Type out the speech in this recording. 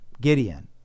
Gideon